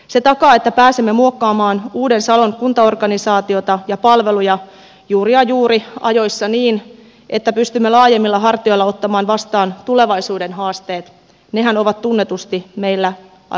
se takaa että pääsemme muokkaamaan uuden salon kuntaorganisaatiota ja palveluja juuri ja juuri ajoissa niin että pystymme laajemmilla hartioilla ottamaan vastaan tulevaisuuden haasteet nehän ovat tunnetusti meillä aika kovaa luokkaa